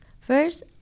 first